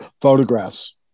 photographs